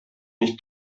nicht